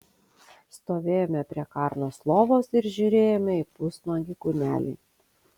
stovėjome prie karnos lovos ir žiūrėjome į pusnuogį kūnelį